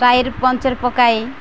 tyre puncture ପକାଇ